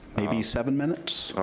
maybe seven minutes?